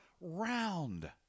round